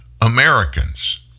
Americans